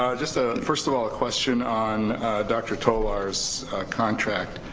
ah just, ah first of all, a question on dr. tolar's contract.